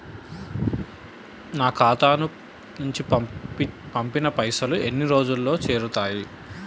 నా ఖాతా నుంచి పంపిన పైసలు ఎన్ని రోజులకు చేరుతయ్?